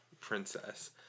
princess